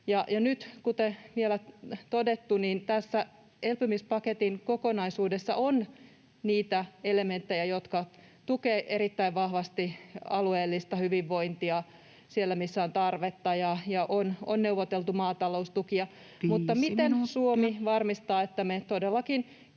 kuten todettu, tässä elpymispaketin kokonaisuudessa on niitä elementtejä, jotka tukevat erittäin vahvasti alueellista hyvinvointia siellä, missä on tarvetta, ja on neuvoteltu maataloustukia, [Puhemies: 5 minuuttia!] mutta se, miten